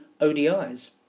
ODIs